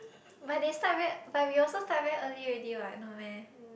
but they start very but we also start very early already what no meh